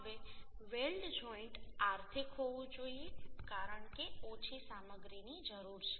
હવે weld joint આર્થિક હોવું જોઈએ કારણ કે ઓછી સામગ્રીની જરૂર છે